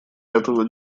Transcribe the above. этого